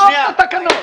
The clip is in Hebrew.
שימשוך את התקנות.